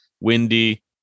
windy